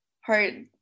hard